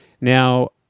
Now